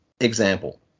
example